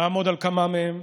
אעמוד על כמה מהם.